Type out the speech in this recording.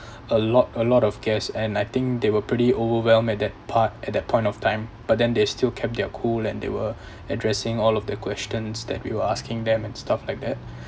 a lot a lot of guest and I think they were pretty overwhelm at that part at that point of time but then they still kept their cool and they were addressing all of their questions that we were asking them and stuff like that